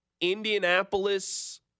Indianapolis